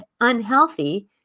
unhealthy